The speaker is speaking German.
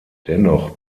dennoch